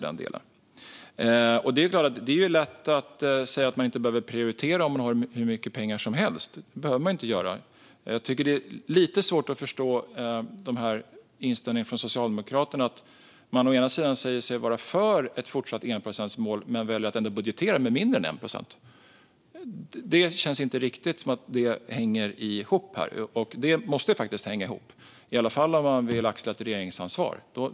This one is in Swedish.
Det är lätt att säga att man inte behöver prioritera om man har hur mycket pengar som helst. Det är lite svårt att förstå inställningen från Socialdemokraterna, som å ena sidan säger sig vara för ett fortsatt enprocentsmål men å andra sidan väljer att budgetera med mindre än 1 procent. Det känns inte riktigt som att detta hänger ihop, och det måste det faktiskt göra, i alla fall om man vill axla ett regeringsansvar.